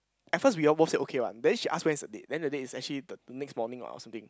at first we all both say okay one then she ask when is the date then the date is actually the next morning or or something